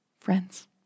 Friends